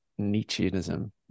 Nietzscheanism